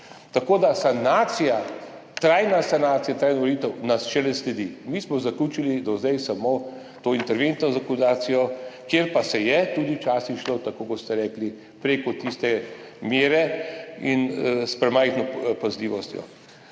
Tako da sanacija, trajna sanacija, trajna dovolitev nas šele sledi. Mi smo zaključili do zdaj samo to interventno dokumentacijo, kjer pa se je tudi včasih šlo, tako kot ste rekli, prek tiste mere in s premajhno pazljivostjo.